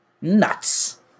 Nuts